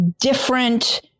different